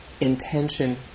intention